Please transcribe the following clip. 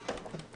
הכנסת...